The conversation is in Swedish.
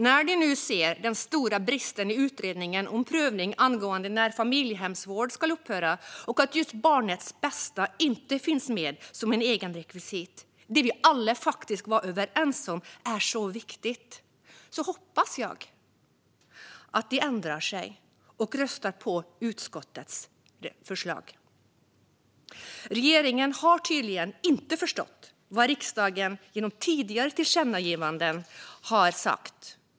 När de nu ser den stora bristen i utredningen om prövning angående när familjehemsvård ska upphöra och att just barnets bästa inte finns med som ett eget rekvisit - det vi alla var överens om är så viktigt - hoppas jag att de ändrar sig och röstar för utskottets förslag. Regeringen har tydligen inte förstått vad riksdagen genom tidigare tillkännagivanden har sagt.